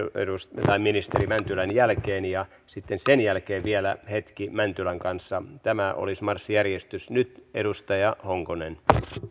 ministeri mäntylän jälkeen ja sitten sen jälkeen vielä hetki mäntylän kanssa tämä olisi marssijärjestys nyt edustaja honkonen